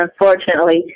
unfortunately